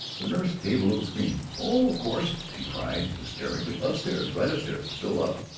the nurse gave a little scream. oh of course! she cried hysterically. upstairs. right upstairs. go up!